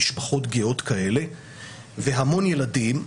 משפחות גאות כאלה והמון ילדים,